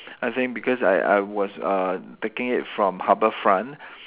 I think because I I was uh taking it from Harbourfront